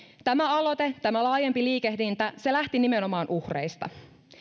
tämä aloite tämä laajempi liikehdintä lähti nimenomaan uhreista